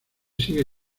sigue